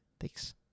thanks